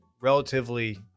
relatively